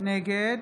נגד